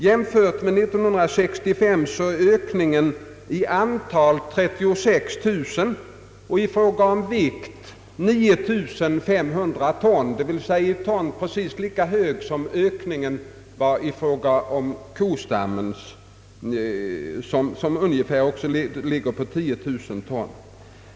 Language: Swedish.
Jämfört med 1965 är ökningen i antal 36 000 och i fråga om vikt 9 500 ton, d. v. s. i ton precis lika hög som ökningen i fråga om kostammen. Den ligger också på ungefär 10 000 ton.